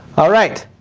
alright,